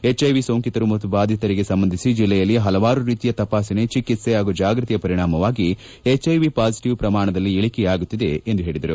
HIV ಸೋಂಕಿತರು ಮತ್ತು ಬಾಧಿತರಿಗೆ ಸಂಬಂಧಿಸಿ ಜಿಲ್ಲೆಯಲ್ಲಿ ಹಲವಾರು ರೀತಿಯ ತಪಾಸಣೆ ಚೆಕಿತ್ಸೆ ಹಾಗೂ ಜಾಗೃತಿಯ ಪರಿಣಾಮವಾಗಿ ಎಚ್ಐವಿ ಪಾಸಿಟಿವ್ ಪ್ರಮಾಣದಲ್ಲಿ ಇಳಿಕೆಯಾಗುತ್ತಿದೆ ಎಂದು ಹೇಳಿದರು